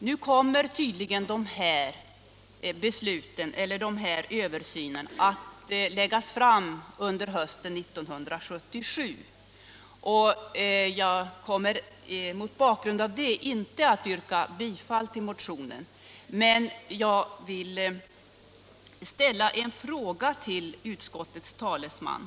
Nu kommer tydligen resultatet av denna översyn att läggas fram under hösten 1977. Jag kommer därför inte att yrka bifall till motionen. Men jag vill ställa en fråga till utskottets talesman.